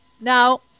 Now